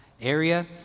area